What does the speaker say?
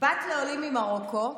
בת לעולים ממרוקו,